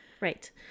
right